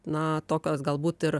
na tokios galbūt ir